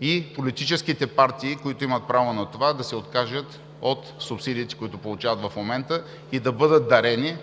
и политическите партии, които имат право на това, да се откажат от субсидиите, които получават в момента, и да бъдат дарени